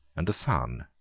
and a son.